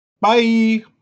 Bye